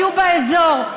היו באזור,